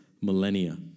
millennia